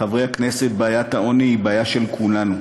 חברי הכנסת, בעיית העוני היא בעיה של כולנו.